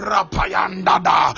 Rapayanda